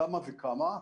למה וכמה.